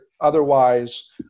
Otherwise